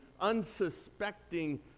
unsuspecting